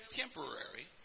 temporary